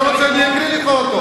אתה רוצה שאני אקריא לך אותו?